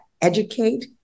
educate